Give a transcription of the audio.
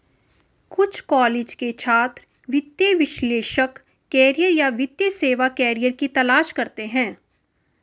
कुछ कॉलेज के छात्र वित्तीय विश्लेषक करियर या वित्तीय सेवा करियर की तलाश करते है